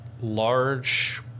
large